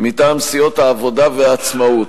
מטעם סיעת העבודה וסיעת העצמאות.